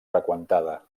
freqüentada